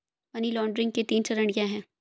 Money laundering के तीन चरण क्या हैं?